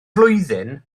flwyddyn